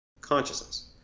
consciousness